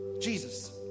Jesus